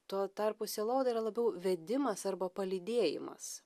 tuo tarpu sielovada yra labiau vedimas arba palydėjimas